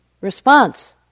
response